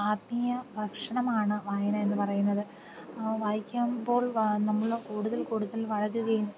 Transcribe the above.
ആത്മീയ ഭക്ഷണമാണ് വായന എന്ന് പറയുന്നത് വായിക്കുമ്പോൾ വ നമ്മൾ കൂടുതൽ കൂടുതൽ വളരുകയും